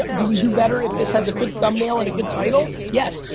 do we do better if this has a good thumbnail and a good title? yes.